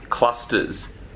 Clusters